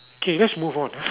K let's move on ah